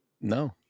No